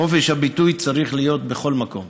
חופש הביטוי צריך להיות בכל מקום,